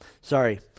Sorry